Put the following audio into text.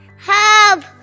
Help